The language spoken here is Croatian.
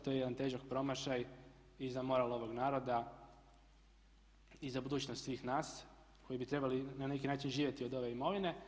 To je jedan težak promašaj i za moral ovog naroda i za budućnost svih nas koji bi trebali na neki način živjeti od ove imovine.